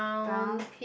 brown